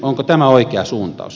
onko tämä oikea suuntaus